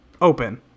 Open